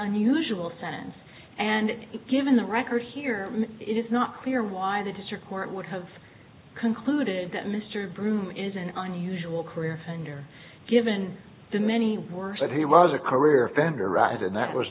unusual sense and if given the record here it is not clear why the district court would have concluded that mr broom is an unusual career offender given the many words that he was a career offender right and that was